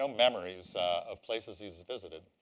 um memories of places he's visited.